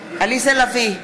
בעד עליזה לביא,